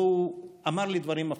והוא אמר לי דברים הפוכים.